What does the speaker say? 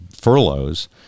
furloughs